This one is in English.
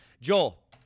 joel